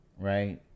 right